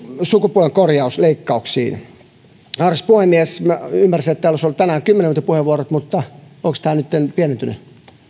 sukupuolenkorjausleikkauksiin arvoisa puhemies minä ymmärsin että täällä olisi ollut tänään kymmenen minuutin puheenvuorot mutta onko tämä nyt pienentynyt